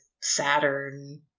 saturn